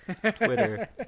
Twitter